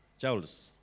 Charles